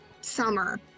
summer